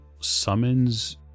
summons